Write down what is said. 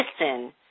listen